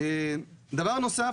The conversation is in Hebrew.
דבר נוסף